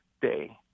day